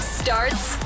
starts